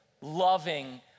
loving